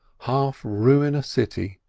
half ruin a city.